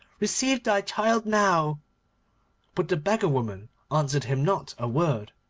receive thy child now but the beggar-woman answered him not a word.